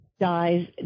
dies